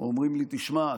אומרים לי: תשמע,